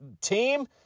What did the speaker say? team